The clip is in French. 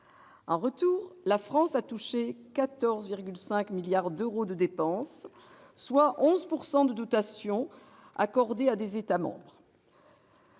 En retour, la France a bénéficié de 14,5 milliards d'euros de dépenses, soit 11 % des dotations accordées aux États membres.